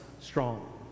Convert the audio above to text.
strong